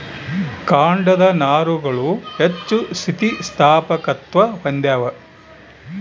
ಕಾಂಡದ ನಾರುಗಳು ಹೆಚ್ಚು ಸ್ಥಿತಿಸ್ಥಾಪಕತ್ವ ಹೊಂದ್ಯಾವ